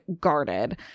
guarded